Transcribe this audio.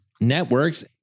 networks